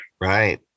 Right